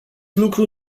lucru